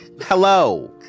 hello